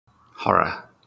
Horror